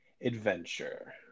adventure